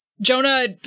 Jonah